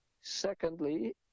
Secondly